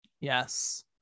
Yes